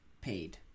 paid